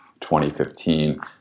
2015